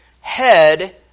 head